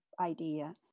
idea